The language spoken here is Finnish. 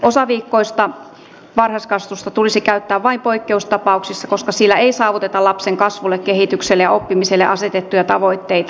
osaviikkoista varhaiskasvatusta tulisi käyttää vain poikkeustapauksissa koska sillä ei saavuteta lapsen kasvulle kehitykselle ja oppimiselle asetettuja tavoitteita